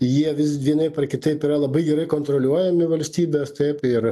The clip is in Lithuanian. jie vis vienaip ar kitaip yra labai gerai kontroliuojami valstybės taip ir